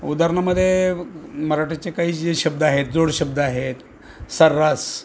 उदारणामध्ये मराठीचे काही जे शब्द आहेत जोडशब्द आहेत सर्रास